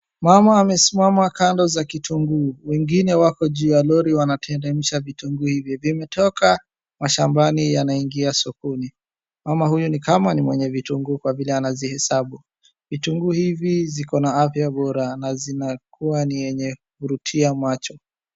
Mama amesimama kando za kitunguu, wengine wako juu ya lori wanateremsha vitunguu hivi, vimetoka mashambani yanaingia sokoni, mama hyu ni kama ni mwenye vitunguu kwa vile anazihesabu. Vitunguu hivi viko na afya bora na vinakuwa ni vyenye kuvutia macho.